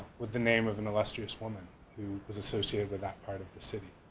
with the name of an illustrious woman who was associated with that part of the city.